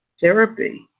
therapy